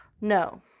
No